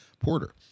Porter